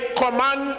command